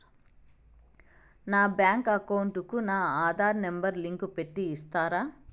నా bank account కు నా ఆధార్ నెంబర్ లింకు పెట్టి ఇస్తారా?